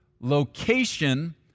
Location